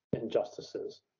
injustices